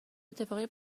اتفاقای